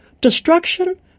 destruction